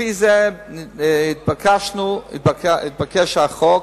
לפי זה התבקש החוק,